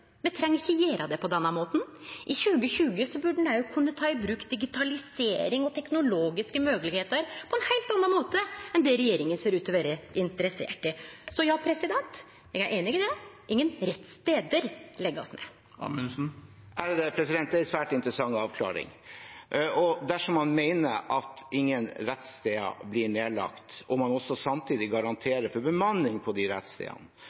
Me treng ikkje gjere det på denne måten. I 2020 burde ein òg kunne ta i bruk digitalisering og teknologiske moglegheiter på ein heilt annan måte enn det regjeringa ser ut til å vere interessert i. Så ja, eg er einig i det: Ingen rettsstader blir lagde ned. Det er en svært interessant avklaring. Dersom man mener at ingen rettssteder blir nedlagt, og man samtidig garanterer for bemanning på